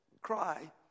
cry